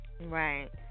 Right